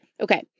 Okay